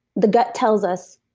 the gut tells us